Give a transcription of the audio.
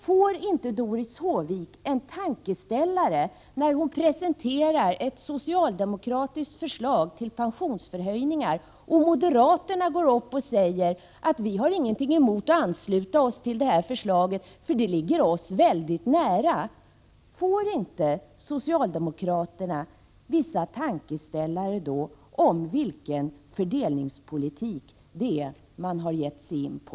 Får inte Doris Håvik en tankeställare när hon presenterar ett socialdemokratiskt förslag till pensionshöjningar och moderaterna går upp och säger att de inte har någonting emot att ansluta sig till förslaget, som ligger dem mycket nära? Ger det inte socialdemokraterna en viss tankeställare i fråga om vilken fördelningspolitik som de har gett sig in på?